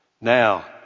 Now